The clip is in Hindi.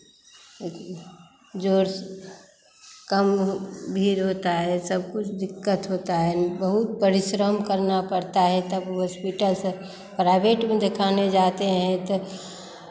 जोर से कम भीड़ होता है सब कुछ दिक्कत होता है बहुत परिश्रम करना पड़ता है तब हॉस्पिटल से प्राइवेट में देखाने जाते हैं तो